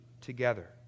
together